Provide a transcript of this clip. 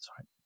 Sorry